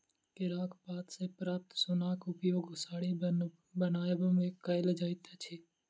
केराक पात सॅ प्राप्त सोनक उपयोग साड़ी बनयबा मे कयल जाइत अछि